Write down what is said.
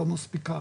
לא מספיקה